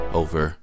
over